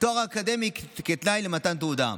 תואר אקדמי כתנאי למתן תעודה.